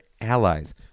allies